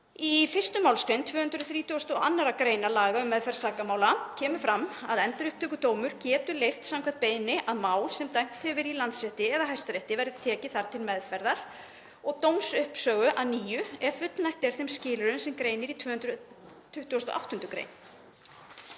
Í 1. mgr. 232. gr. laga um meðferð sakamála kemur fram að Endurupptökudómur getur leyft samkvæmt beiðni að mál sem dæmt hefur verið í Landsrétti eða Hæstarétti verði tekið þar til meðferðar og dómsuppsögu að nýju ef fullnægt er þeim skilyrðum sem greinir í 228. gr.